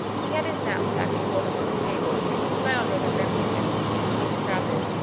he had his knapsack before him on the table, and he smiled rather grimly as he began to unstrap it.